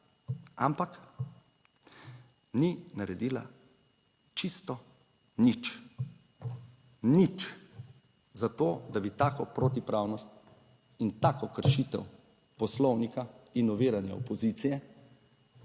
ampak ni naredila čisto nič, nič, za to, da bi tako protipravnost in tako kršitev Poslovnika in oviranja opozicije